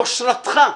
יושרתך,